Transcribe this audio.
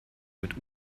mit